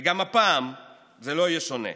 וגם הפעם זה לא יהיה שונה,